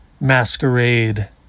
masquerade